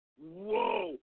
whoa